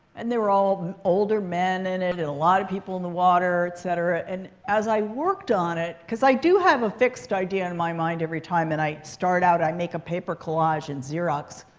and there were all older men in it and a lot of people in the water, et cetera. and as i worked on it because i do have a fixed idea in my mind every time. and i start out, i make a paper collage and xerox.